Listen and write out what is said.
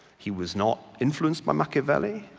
he was not influenced by machiavelli,